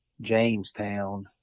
jamestown